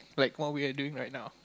like what we are doing right now